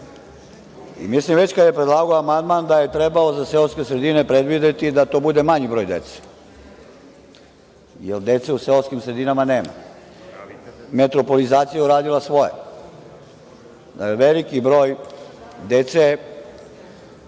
je već predlagao amandman, trebao je za seoske sredine predvideti da to bude manji broj dece, jer dece u seoskim sredinama nema. Metropolizacija je uradila svoje. Veliki broj dece